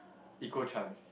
equal chance